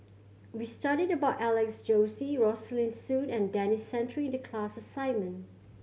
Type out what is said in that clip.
we studied about Alex Josey Rosaline Soon and Denis Santry in the class assignment